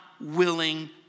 willing